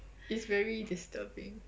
it's very disturbing